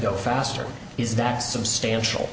go faster is that substantial